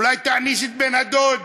אולי תעניש את בן-הדוד?